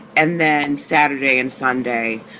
and then saturday and sunday,